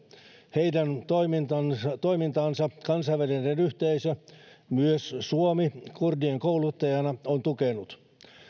heidän toimintaansa kansainvälinen yhteisö myös suomi kurdien kouluttajana on tukenut